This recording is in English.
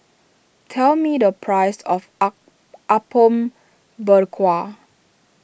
tell me the price of Apom Berkuah